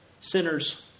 sinners